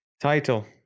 Title